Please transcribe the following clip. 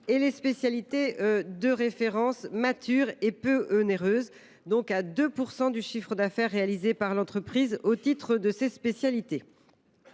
et les spécialités de référence matures et peu onéreuses à 2 % du chiffre d’affaires réalisé par l’entreprise au titre de ces spécialités.